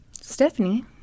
Stephanie